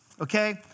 Okay